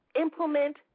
implement